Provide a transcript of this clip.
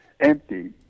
empty